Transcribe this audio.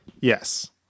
Yes